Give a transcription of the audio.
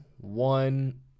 one